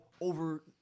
Over